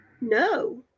No